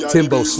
Timbo